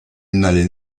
n’allait